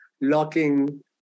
locking